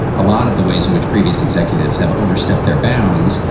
a lot of the ways in which previous executives have overstepped their bounds,